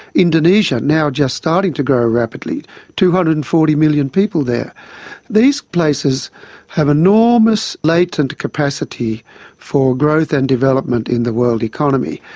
indonesia, now just starting to grow rapidly two hundred and forty million people there these places have enormous latent capacity for growth and development in the world economy.